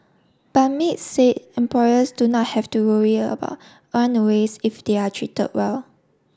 but maids say employers do not have to worry about runaways if they are treated well